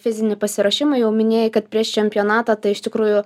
fizinį pasiruošimą jau minėjai kad prieš čempionatą tai iš tikrųjų